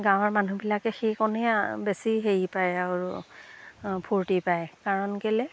গাঁৱৰ মানুহবিলাকে সেইকণেই বেছি হেৰি পায় আৰু ফূৰ্তি পায় কাৰণ কেলে